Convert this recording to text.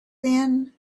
thin